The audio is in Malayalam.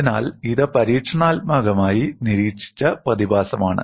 അതിനാൽ ഇത് പരീക്ഷണാത്മകമായി നിരീക്ഷിച്ച പ്രതിഭാസമാണ്